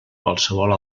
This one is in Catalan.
qualsevol